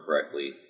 correctly